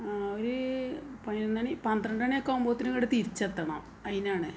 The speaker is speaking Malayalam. ഒരു പതിനൊന്ന് മണി പന്ത്രണ്ട് മണി ആകുമ്പോഴത്തേക്ക് തിരിച്ചെത്തണം അതിനാണ്